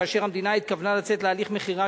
כאשר המדינה התכוונה לצאת להליך מכירה